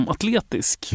Atletisk